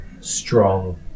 strong